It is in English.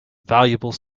valuable